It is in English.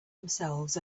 themselves